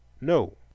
No